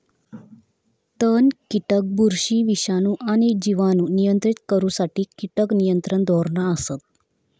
तण, कीटक, बुरशी, विषाणू आणि जिवाणू नियंत्रित करुसाठी कीटक नियंत्रण धोरणा असत